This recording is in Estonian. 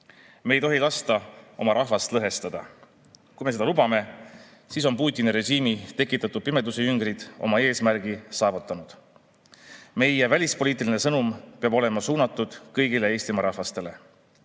Me ei tohi lasta oma rahvast lõhestada. Kui me seda lubame, siis on Putini režiimi tekitatud pimedusejüngrid oma eesmärgi saavutanud. Meie välispoliitiline sõnum peab olema suunatud kõigile Eestimaa rahvastele.